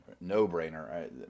No-brainer